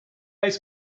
ice